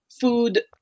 food